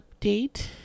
update